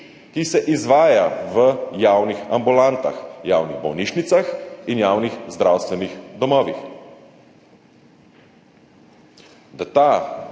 ki se izvaja v javnih ambulantah, javnih bolnišnicah in javnih zdravstvenih domovih. Da ta